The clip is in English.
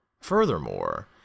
Furthermore